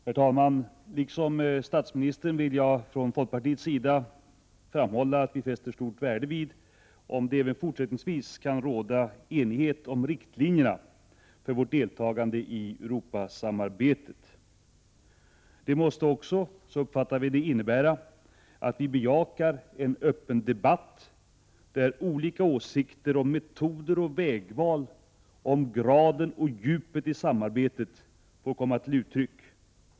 Herr talman! Liksom statsministern vill jag, från folkpartiets sida, framhålla att vi sätter stort värde på om det även fortsättningsvis kan råda enighet om riktlinjerna för vårt deltagande i Europasamarbetet. Det måste också — så uppfattar vi det — innebära att vi bejakar en öppen debatt, där olika åsikter om metoder och vägval, om graden och djupet i samarbetet får komma till uttryck.